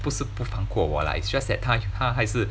不是不放过我 lah it's just that 他他还是